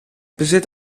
bezit